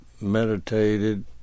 meditated